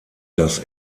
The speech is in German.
das